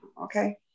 Okay